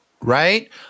right